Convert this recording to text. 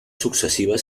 successiva